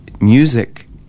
music